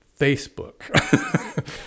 facebook